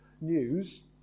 news